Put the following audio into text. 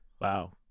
Wow